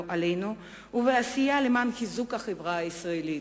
עלינו ובעשייה למען חיזוק החברה הישראלית.